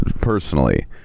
personally